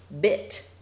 bit